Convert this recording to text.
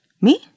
Me